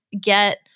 get